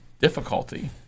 difficulty